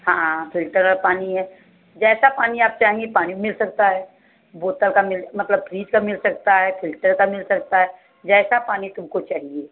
हाँ हाँ फ़िल्टर वाला पानी है जैसा पानी आप चाहेंगी पानी मिल सकता है बोतल का मिल मतलब फ्रीज का मिल सकता है फ़िल्टर का मिल सकता है जैसा पानी तुमको चाहिए